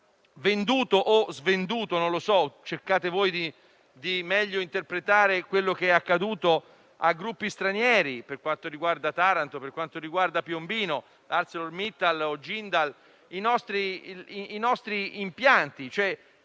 venduto, o svenduto - non lo so, cercate voi di meglio interpretare quello che è accaduto - a gruppi stranieri. Ciò ha riguardato Taranto e Piombino, con ArcelorMittal o Jindal. I nostri impianti,